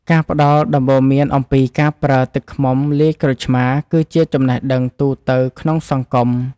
ការផ្តល់ដំបូន្មានអំពីការប្រើទឹកឃ្មុំលាយក្រូចឆ្មារ គឺជាចំណេះដឹងទូទៅក្នុងសង្គម។